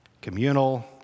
Communal